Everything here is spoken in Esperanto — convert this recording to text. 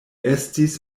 estis